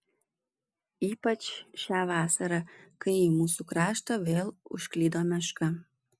ypač šią vasarą kai į mūsų kraštą vėl užklydo meška